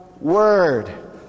word